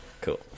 cool